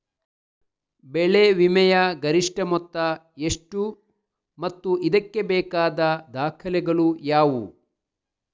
ಬೆಳೆ ವಿಮೆಯ ಗರಿಷ್ಠ ಮೊತ್ತ ಎಷ್ಟು ಮತ್ತು ಇದಕ್ಕೆ ಬೇಕಾದ ದಾಖಲೆಗಳು ಯಾವುವು?